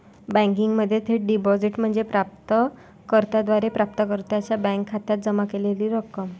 बँकिंगमध्ये थेट डिपॉझिट म्हणजे प्राप्त कर्त्याद्वारे प्राप्तकर्त्याच्या बँक खात्यात जमा केलेली रक्कम